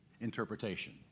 interpretation